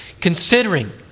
considering